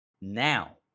Now